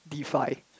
D five